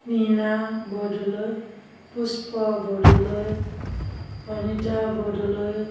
Nina Bordoloi Pushpa Bordoloi Anita Bordoloi